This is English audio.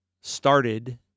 started